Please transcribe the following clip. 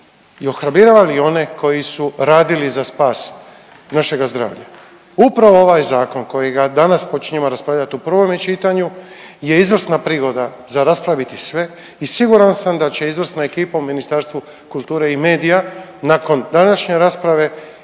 i ohrabrivali one koji su radili za spas našega zdravlja. Upravo ovaj zakon kojega danas počinjemo raspravljati u prvome čitanju je izvrsna prigoda za raspraviti sve i siguran sam da će izvrsna ekipa u Ministarstvu kulture i medija nakon današnje rasprave